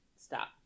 Stop